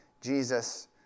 Jesus